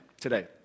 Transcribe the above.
today